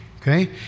Okay